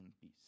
peace